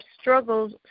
struggles